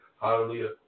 hallelujah